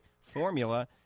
formula